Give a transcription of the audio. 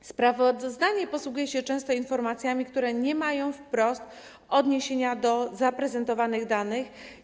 W sprawozdaniu posługiwano się często informacjami, które nie mają wprost odniesienia do zaprezentowanych danych.